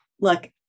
look